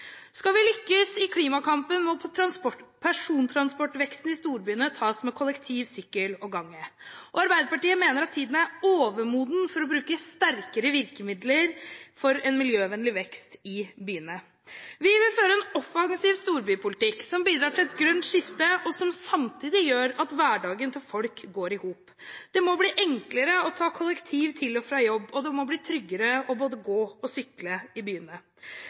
Skal vi lykkes i klimakampen, må persontransportveksten i storbyene tas med kollektiv, sykkel og gange. Arbeiderpartiet mener at tiden er overmoden for å bruke sterkere virkemidler for en miljøvennlig vekst i byene. Vi vil føre en offensiv storbypolitikk som bidrar til et grønt skifte, og som samtidig gjør at hverdagen for folk går i hop. Det må bli enklere å ta kollektivtransport til og fra jobb, og det må bli tryggere både å gå og å sykle i byene.